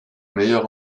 meilleur